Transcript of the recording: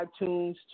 iTunes